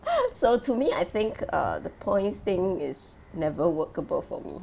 so to me I think uh the points thing is never workable for me